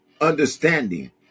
understanding